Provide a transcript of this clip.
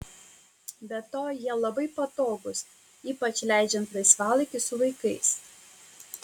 be to jie labai patogūs ypač leidžiant laisvalaikį su vaikais